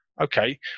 okay